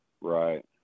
right